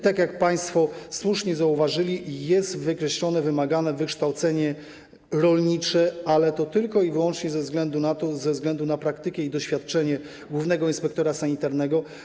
Tak jak państwo słusznie zauważyli, jest wykreślone wymagane wykształcenie rolnicze, ale to tylko i wyłącznie ze względu na praktykę i doświadczenie głównego inspektora sanitarnego.